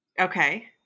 Okay